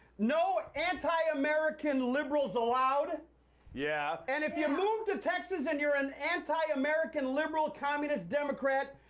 no anti-american liberals allowed yeah and if you move to texas and you're an anti-american liberal communist democrat,